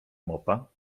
mopa